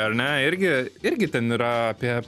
ar ne irgi irgi ten yra apie